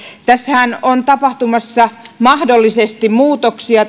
tässähän on tapahtumassa mahdollisesti muutoksia